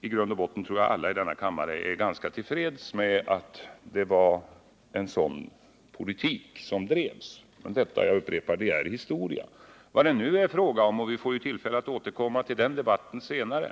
Jag tror att alla i denna kammare i grund och botten är ganska till freds med att det var en sådan politik som bedrevs. Men jag upprepar att detta är historia. Vi får tillfälle att återkomma till den debatten senare.